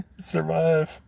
survive